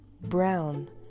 brown